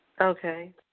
okay